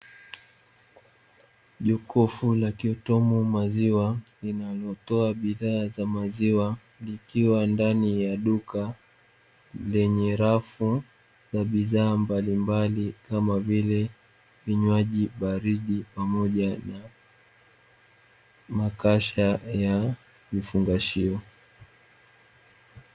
Jokofu la kiotomo maziwa linalotoa bidhaa za maziwa, likiwa ndani ya duka lenye rafu na bidhaa mbalimbali kama vile vinywaji baridi, pamoja na makasha ya vifungashio.